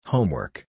Homework